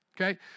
okay